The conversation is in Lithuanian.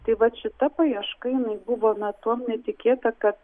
tai vat šita paieška jinai buvo na tuom netikėta kad